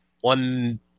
one